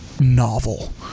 novel